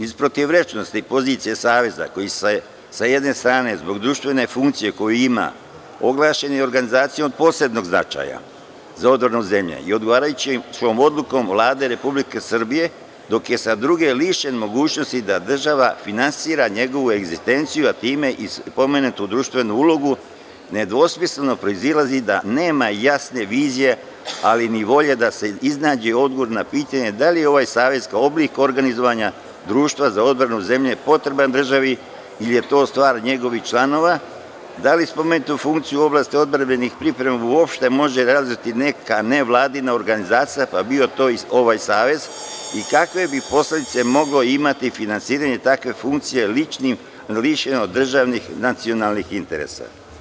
Iz protivrečnosti pozicije Saveza koji se, sa jedne strane zbog društvene funkcije, koju ima, oglašen je organizacijom od posebnog značaja za odbranu zemlje i odgovarajućom odlukom Vlade Republike Srbije, dok je sa druge, lišena mogućnosti da država finansira njegovu egzistenciju, a time i pomenutu društvenu ulogu, nedvosmisleno proizilazi da nema jasne vizije, ali ni volje da se iznađe odgovor na pitanje da li je ovaj Savez kao oblik organizovanja društva za odbranu zemlje potreban državi ili je to stvar njegovih članova, da li spomenutu funkciju u oblasti odbrambenih priprema, uopšte može realizovati neka nevladina organizacija, pa bio to i ovaj Savez i kakve bi posledice mogle biti, imati, finansiranje takve funkcije, lišeno državnih nacionalnih interesa.